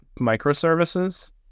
microservices